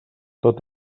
tot